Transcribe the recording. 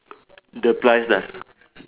the price ah